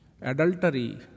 adultery